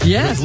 Yes